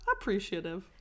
appreciative